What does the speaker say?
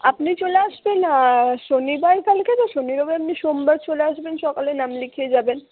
আপনি চলে আসবেন শনিবার কালকে তো শনি রবি আপনি সোমবার চলে আসবেন সকালে নাম লিখিয়ে যাবেন